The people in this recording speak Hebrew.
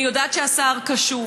אני יודעת שהשר קשוב,